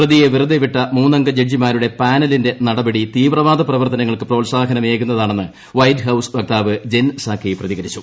പ്രതിയെ വെറുതെവിട്ട മൂന്നംഗ ജഡ്ജിമാരുടെ പാനലിന്റെ നടപടി തീവ്രവാദ പ്രവർത്തനങ്ങൾക്ക് പ്രോത്സാഹനമേകുന്നതാണെന്ന് വൈറ്റ് ഹൌസ് വക്താവ് ജെൻ സാക്കി പ്രതികരിച്ചു